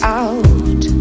out